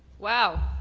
wow,